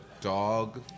dog